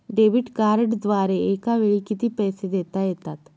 Debit कार्डद्वारे एकावेळी किती पैसे देता येतात?